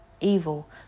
evil